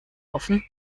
offen